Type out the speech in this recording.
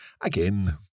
again